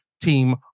team